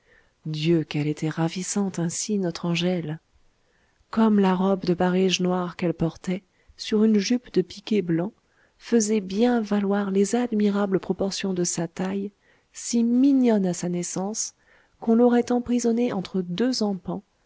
dieu qu'elle était ravissante ainsi notre angèle comme la robe de barége noir qu'elle portait sur une jupe de piqué blanc faisait bien valoir les admirables proportions de sa taille si mignonne à sa naissance qu'on l'aurait emprisonnée entre deux empans